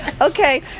okay